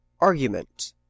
Argument